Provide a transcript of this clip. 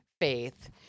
faith